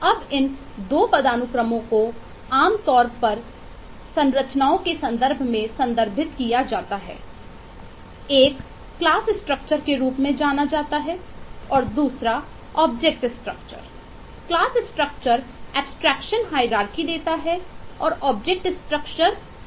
अब इन 2 पदानुक्रमों को आमतौर पर 2 संरचनाओं के संदर्भ में संदर्भितकिया जाता है एक क्लास स्ट्रक्चर देता है